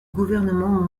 gouvernement